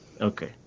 Okay